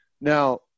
Now